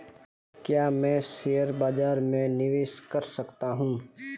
क्या मैं शेयर बाज़ार में निवेश कर सकता हूँ?